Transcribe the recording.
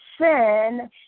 sin